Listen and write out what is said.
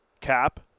Cap